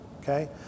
okay